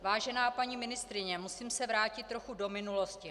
Vážená paní ministryně, musím se vrátit trochu do minulosti.